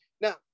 Now